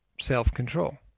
self-control